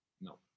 No